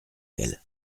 elle